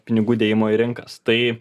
pinigų dėjimo į rinkas tai